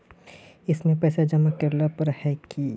इसमें पैसा जमा करेला पर है की?